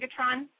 Megatron